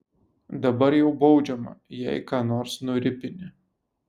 dabar jau baudžiama jei ką nors nuripini